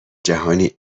جهانی